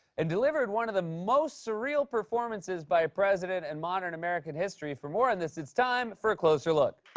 and delivered one of the most surreal performances by a president in and modern american history. for more on this, it's time for a closer look.